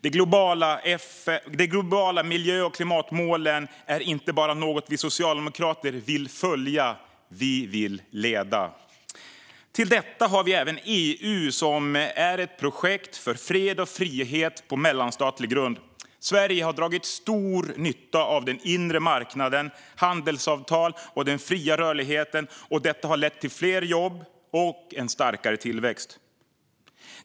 De globala miljö och klimatmålen är något som vi socialdemokrater inte bara vill följa, utan leda. Till detta har vi även EU som är ett projekt för fred och frihet på mellanstatlig grund. Sverige har dragit stor nytta av den inre marknaden, handelsavtal och den fria rörligheten, och detta har lett till fler jobb och en starkare tillväxt.